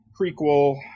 prequel